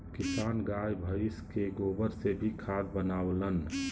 किसान गाय भइस के गोबर से भी खाद बनावलन